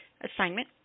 assignment